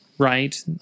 right